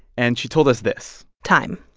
and she told us this time.